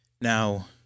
Now